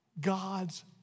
God's